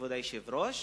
כבוד היושב-ראש.